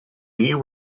you